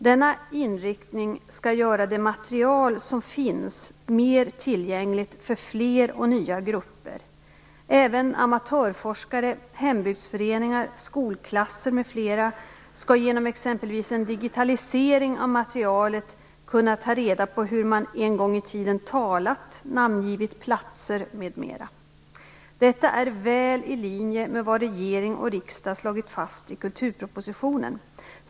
Denna inriktning skall göra det material som finns mer tillgängligt för fler och nya grupper. Även amatörforskare, hembygdsföreningar, skolklasser m.fl. skall genom exempelvis en digitalisering av materialet kunna ta reda på hur man en gång i tiden talat, namngivit platser m.m. Detta är väl i linje med vad regering och riksdag slagit fast i kulturpropositionen.